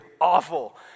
awful